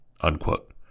unquote